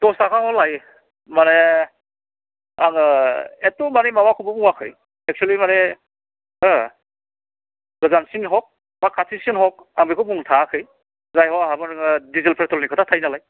दस थाखाखौ लायो माने आङो एतट' मानि माबाखौबो बुङाखै एकसुलि मानि हो गोजानसिन हख भा खाथिसिन हख आं बेखौ बुंनो थाङाखै जायहख आंहाबो नोङो डिजेल पेट्रलनि खोथा थायो नालाय